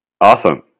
Awesome